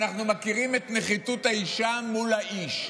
אנחנו מכירים את הנחיתות של האישה מול האיש.